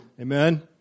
Amen